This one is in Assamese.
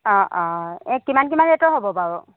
অ অ এ কিমান কিমান ৰেটৰ হ'ব বাৰু